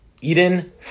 Eden